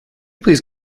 please